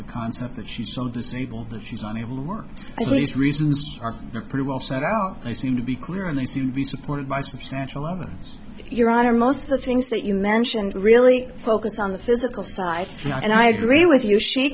the concept that she's so disabled that she's unable to work at least reasons are things are pretty well set out they seem to be clear and they seem to be supported by substantial others iran or most of the things that you mentioned really focus on the physical side and i agree with you she